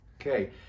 Okay